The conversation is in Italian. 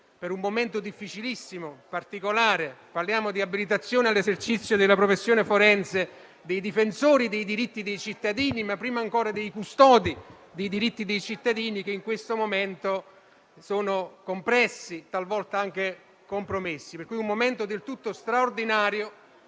in un momento difficilissimo e particolare. Stiamo parlando infatti dell'abilitazione all'esercizio della professione forense dei difensori dei diritti dei cittadini, ma prima ancora dei custodi dei diritti dei cittadini, che in questo momento sono compressi e talvolta anche compromessi. Questo è infatti un momento del tutto straordinario,